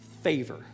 favor